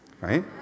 Right